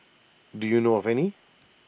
do you know of any